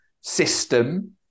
system